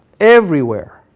everywhere.